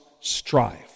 strive